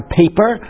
paper